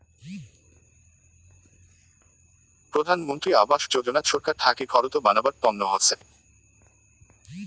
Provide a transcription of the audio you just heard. প্রধান মন্ত্রী আবাস যোজনা ছরকার থাকি ঘরত বানাবার তন্ন হসে